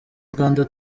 uganda